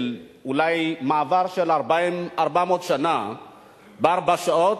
אולי מעבר של 400 שנה בארבע שעות,